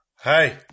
Hey